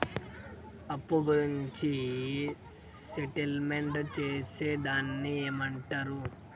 అప్పు గురించి సెటిల్మెంట్ చేసేదాన్ని ఏమంటరు?